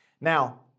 Now